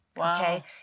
okay